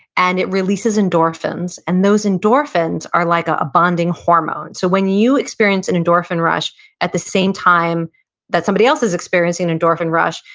and it releases endorphins, and those endorphins are like a bonding hormone. so when you experience an endorphin rush at the same time that somebody else is experiencing an endorphin rush,